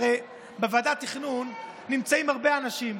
הרי בוועדת התכנון נמצאים הרבה אנשים,